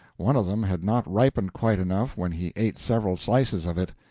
one of them had not ripened quite enough when he ate several slices of it.